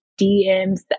DMs